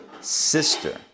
sister